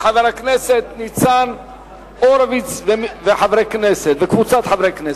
של חבר הכנסת ניצן הורוביץ וקבוצת חברי הכנסת.